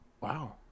Wow